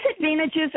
Disadvantages